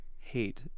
hate